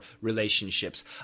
relationships